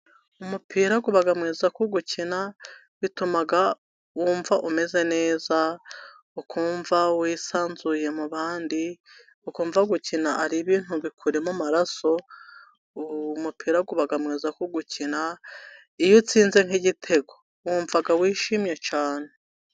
Umupira uba mwiza kuwukina bitum wuamva umeze neza ukumva wisanzuye mu bandi, ukumva gukina ari ibintu bikuri mu maraso. Umupira ubamwiza kuwukina iyo utsinze nk'igitego wumva wishimye cyane.